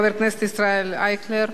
חבר הכנסת ישראל אייכלר,